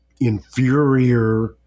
inferior